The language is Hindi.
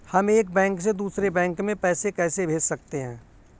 हम एक बैंक से दूसरे बैंक में पैसे कैसे भेज सकते हैं?